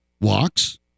walks